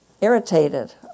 irritated